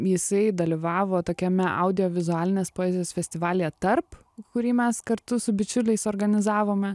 jisai dalyvavo tokiame audiovizualinės poezijos festivalyje tarp kurį mes kartu su bičiuliais organizavome